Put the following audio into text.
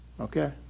okay